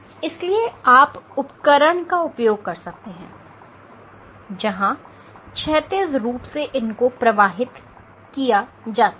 इसलिए आप उपकरण का उपयोग कर सकते हैं जहां क्षैतिज रुप से इनको प्रवाहित किया जाता है